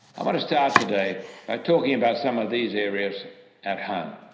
i want to start today by talking about some of these areas at home.